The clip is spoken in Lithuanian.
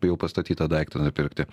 jau pastatytą daiktą nupirkti